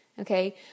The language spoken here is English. okay